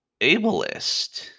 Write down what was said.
ableist